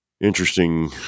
Interesting